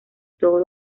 todos